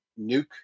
nuke